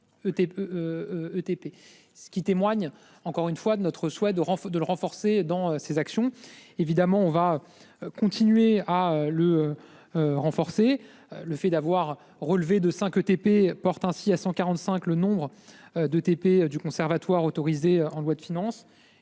ce qui témoigne encore une fois notre souhait de de le renforcer dans ses actions. Évidemment, on va continuer à le. Renforcer le fait d'avoir relevé de 5 ETP porte ainsi à 145 le nombre de TP du conservatoire autorisé en loi de finances,